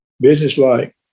businesslike